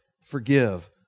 forgive